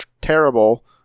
terrible